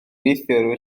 neithiwr